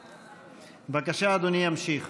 בבקשה, אדוני ימשיך.